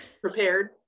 prepared